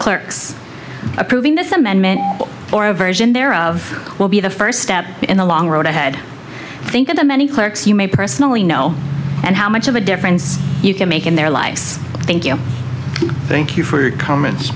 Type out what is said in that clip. clerks approving this amendment or a version thereof will be the first step in the long road ahead think of the many clerics you may personally know and how much of a difference you can make in their lives thank you thank you for your comments